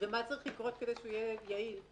ומה צריך לקרות כדי שהוא יהיה יעיל?